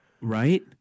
Right